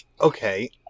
okay